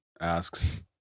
asks